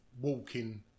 walking